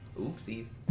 Oopsies